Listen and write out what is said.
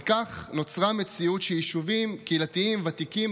וכך נוצרה מציאות שיישובים קהילתיים ותיקים